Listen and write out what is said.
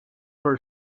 for